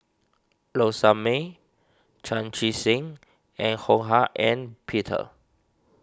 Low Sanmay Chan Chee Seng and Ho Hak Ean Peter